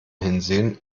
hinsehen